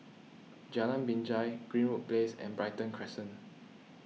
Jalan Binjai Greenwood Place and Brighton Crescent